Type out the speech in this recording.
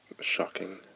shocking